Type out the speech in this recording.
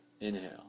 Inhale